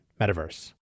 metaverse